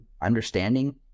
understanding